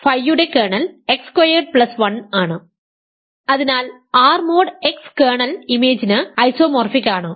ф യുടെ kernel x squared plus 1 ആണ് അതിനാൽ R മോഡ് x കേർണൽ ഇമേജിന് ഐസോമോർഫിക് ആണ്